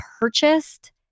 purchased